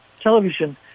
television